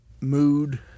mood